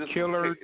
Killer